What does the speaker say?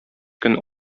көн